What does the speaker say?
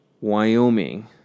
Wyoming